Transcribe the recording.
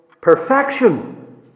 Perfection